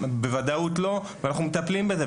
בוודאות לא, אבל אנחנו מטפלים בזה.